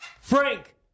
Frank